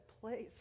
place